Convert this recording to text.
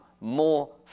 more